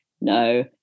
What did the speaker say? no